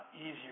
easier